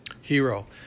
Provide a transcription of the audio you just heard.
Hero